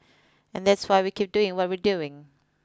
and that's why we keep doing what we're doing